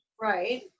right